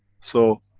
so,